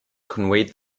conveyed